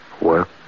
Work